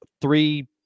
three